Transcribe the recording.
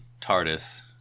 TARDIS